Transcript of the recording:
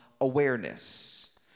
awareness